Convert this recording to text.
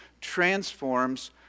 transforms